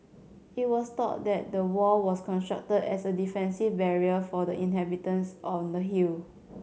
it was thought that the wall was constructed as a defensive barrier for the inhabitants on the hill